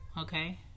Okay